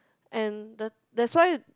and the that's why